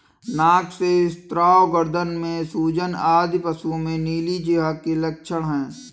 नाक से स्राव, गर्दन में सूजन आदि पशुओं में नीली जिह्वा के लक्षण हैं